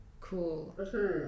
cool